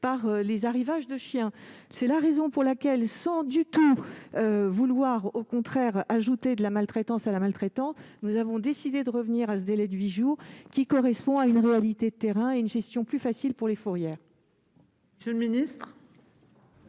par les arrivages de chiens. C'est la raison pour laquelle, sans vouloir ajouter de la maltraitance à la maltraitance, nous avons décidé de revenir à ce délai de huit jours, qui correspond à une réalité de terrain et à une gestion plus facile pour les fourrières. Quel est